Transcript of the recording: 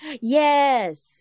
yes